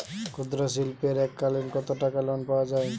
ক্ষুদ্রশিল্পের এককালিন কতটাকা লোন পাওয়া য়ায়?